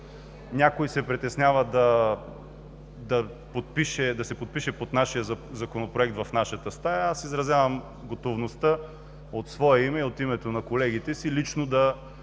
някой се притеснява да се подпише под нашия Законопроект в нашата стая, изразявам готовността от свое име и от името на колегите си лично да